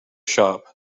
shop